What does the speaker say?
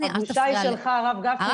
הבושה היא שלך, הרב גפני.